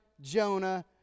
Jonah